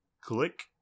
click